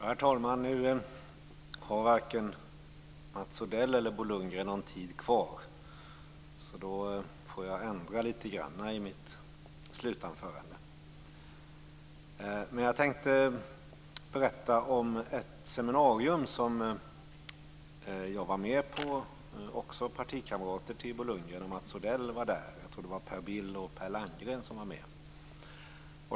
Herr talman! Nu har varken Mats Odell eller Bo Lundgren någon talartid kvar, och då får jag ändra lite grann i mitt slutanförande. Jag tänkte berätta om ett seminarium jag var med på. Också partikamrater till Bo Lundgren och Mats Odell var där. Jag tror att det var Per Bill och Per Landgren som var med.